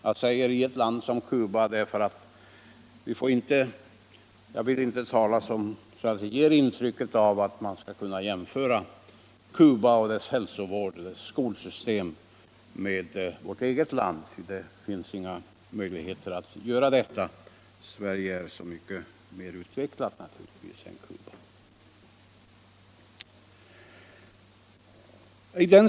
Jag säger ”i ett land som Cuba” därför att jag inte vill ge det intrycket att Cubas hälsovård och skolsystem kan jämföras med vårt eget lands. Det kan man inte göra. Sverige är givetvis mycket mera utvecklat än Cuba.